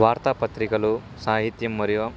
వార్తాపత్రికలు సాహిత్యం మరియు